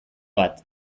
bat